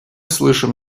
слышим